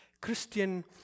Christian